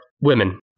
women